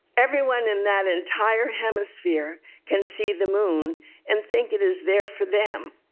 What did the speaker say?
everyone in that entire hemisphere can see the moon and think it is there for them,